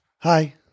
hi